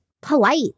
polite